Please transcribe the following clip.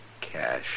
cash